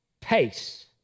pace